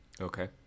Okay